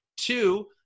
two